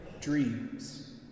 dreams